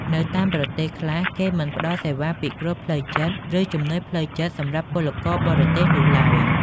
នៅតាមប្រទេសខ្លះ គេមិនផ្តល់សេវាពិគ្រោះផ្លូវចិត្ត ឬជំនួយផ្លូវចិត្តសម្រាប់ពលករបរទេសនោះឡើយ។